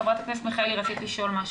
חברת הכנסת מיכאלי, רצית לשאול משהו.